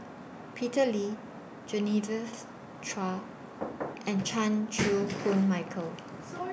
Peter Lee Genevieve Chua and Chan Chew Koon Michael